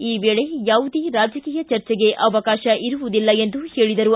ಈ ವೇಳೆ ಯಾವುದೇ ರಾಜಕೀಯ ಚರ್ಚೆಗೆ ಅವಕಾಶ ಇರುವುದಿಲ್ಲ ಎಂದು ಹೇಳಿದರು